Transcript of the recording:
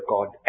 God